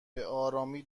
بهآرامی